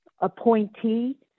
appointee